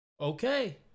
okay